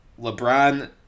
LeBron